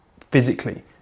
physically